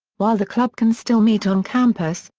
while the club can still meet on campus,